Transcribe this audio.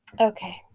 Okay